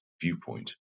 viewpoint